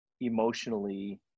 emotionally